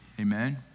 Amen